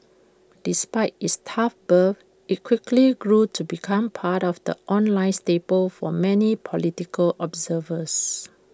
despite its tough birth IT quickly grew to become part of the online staple for many political observers